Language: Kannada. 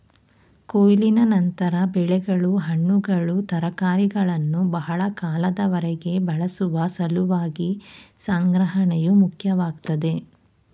ಕೊಯ್ಲಿನ ನಂತರ ಬೆಳೆಗಳು ಹಣ್ಣುಗಳು ತರಕಾರಿಗಳನ್ನು ಬಹಳ ಕಾಲದವರೆಗೆ ಬಳಸುವ ಸಲುವಾಗಿ ಸಂಗ್ರಹಣೆಯು ಮುಖ್ಯವಾಗ್ತದೆ